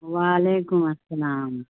وعلیکم السلام